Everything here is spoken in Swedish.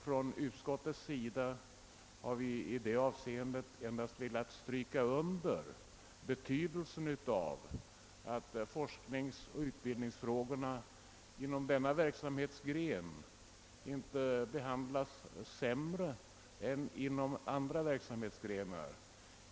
Från utskottets sida har vi i det avseendet endast velat stryka under betydelsen av att forskningsoch utbildningsfrågorna inom denna verksamhetsgren inte behandlas sämre än inom andra verksamhetsgrenar.